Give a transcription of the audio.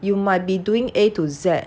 you might be doing A to Z